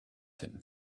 him